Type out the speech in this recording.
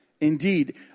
Indeed